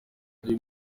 uyu